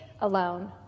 alone